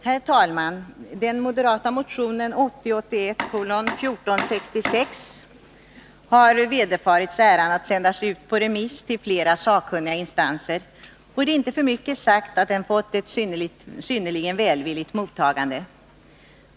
Herr talman! Den moderata motionen 1980/81:1466 har vederfarits äran att sändas ut på remiss till flera sakkunniga instanser, och det är inte för mycket sagt att den fått ett synnerligen välvilligt mottagande.